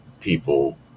people